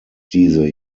diese